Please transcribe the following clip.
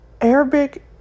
Arabic